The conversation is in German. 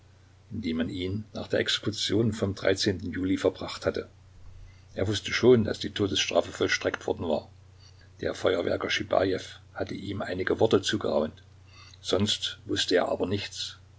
in die man ihn nach der exekution vom juli verbracht hatte er wußte schon daß die todesstrafe vollstreckt worden war der feuerwerker schibajew hatte ihm einige worte zugeraunt sonst wußte er aber nichts